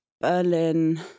Berlin